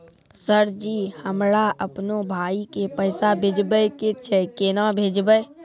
Sir ji हमरा अपनो भाई के पैसा भेजबे के छै, केना भेजबे?